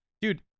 Dude